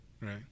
right